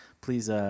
please